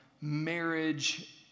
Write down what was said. marriage